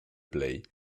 play